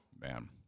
Man